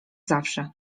zawsze